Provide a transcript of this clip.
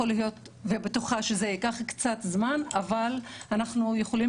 אני בטוחה שזה ייקח קצת זמן אבל אנחנו יכולים